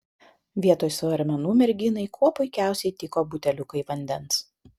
vietoj svarmenų merginai kuo puikiausiai tiko buteliukai vandens